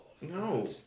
No